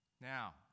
now